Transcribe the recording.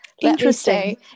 interesting